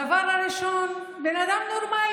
הדבר הראשון שעולה לבן אדם נורמלי